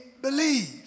believe